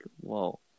Whoa